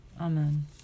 Amen